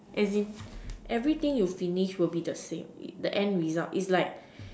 as in everything you finish will be the same the end result